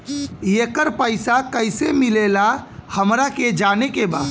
येकर पैसा कैसे मिलेला हमरा के जाने के बा?